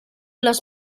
les